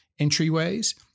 entryways